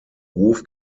ruf